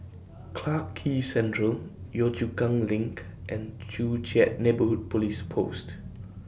Clarke Quay Central Yio Chu Kang LINK and Joo Chiat Neighbourhood Police Post